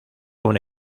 una